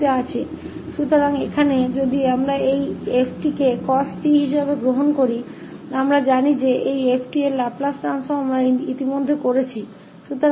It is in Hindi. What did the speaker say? तो यहाँ अगर हम इस 𝑓𝑡 को cost के रूप में लेते हैं तो हम जानते हैं कि इसf 𝑡 के लाप्लास रूपांतर को हम पहले ही कर चुके हैं